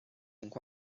情况